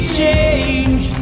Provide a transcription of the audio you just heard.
change